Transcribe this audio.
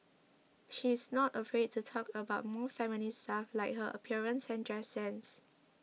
she is not afraid to talk about more feminine stuff like her appearance and dress sense